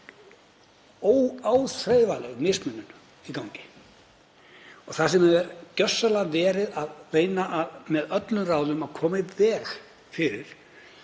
óáþreifanleg mismunun í gangi og þar sem er gjörsamlega verið að reyna með öllum ráðum að koma í veg fyrir